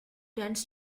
tends